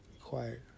Quiet